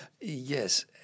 Yes